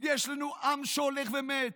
יש לנו עם שהולך ומת.